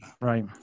Right